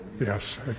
yes